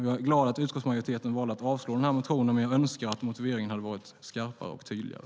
Jag är glad att utskottsmajoriteten valde att avslå den här motionen, men jag önskar att motiveringen hade varit skarpare och tydligare.